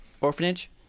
Orphanage